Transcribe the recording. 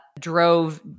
drove